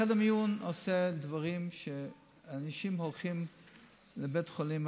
חדר מיון עושה דברים שאנשים הולכים לבית חולים,